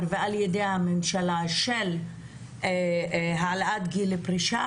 ועל-ידי הממשלה להעלאת גיל הפרישה.